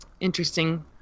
Interesting